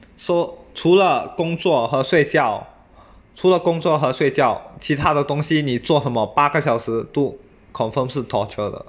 so 除了工作和睡觉除了工作和睡觉其他的东西你做什么八个小时 too confirm 是 torture 的